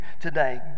today